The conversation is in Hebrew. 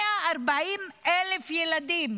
140,000 ילדים